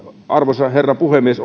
arvoisa puhemies